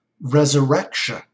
resurrection